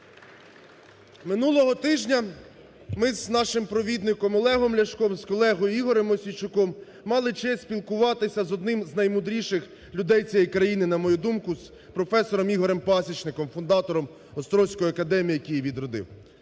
Минулого тижня ми з нашим провідником Олегом Ляшком, з колегою Ігорем Мосійчуком мали честь спілкуватися з одним з наймудріших людей цієї країни, на мою думку, професором Ігорем Пасічником, фундатором Острозької академії, яку він відродив.